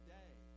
day